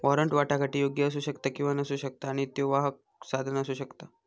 warrant वाटाघाटीयोग्य असू शकता किंवा नसू शकता आणि त्यो वाहक साधन असू शकता